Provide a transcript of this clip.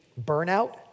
Burnout